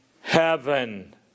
heaven